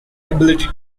ability